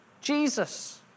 Jesus